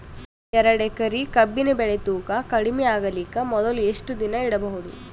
ಎರಡೇಕರಿ ಕಬ್ಬಿನ್ ಬೆಳಿ ತೂಕ ಕಡಿಮೆ ಆಗಲಿಕ ಮೊದಲು ಎಷ್ಟ ದಿನ ಇಡಬಹುದು?